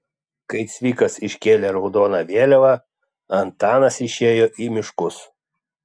kai cvikas iškėlė raudoną vėliavą antanas išėjo į miškus